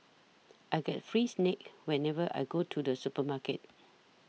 I get free snacks whenever I go to the supermarket